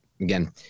again